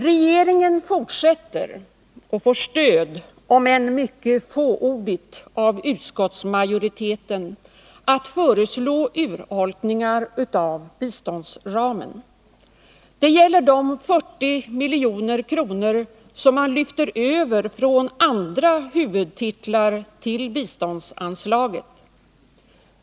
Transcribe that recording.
Regeringen fortsätter — och får stöd om än mycket fåordigt av utskottsmajoriteten — att föreslå urholkningar av biståndsramen. Det gäller de 40 milj.kr. som man lyfter över från andra huvudtitlar till biståndsanslaget.